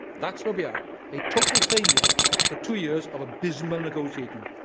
that's where we are a total failure after two years of abysmal negotiating.